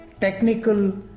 technical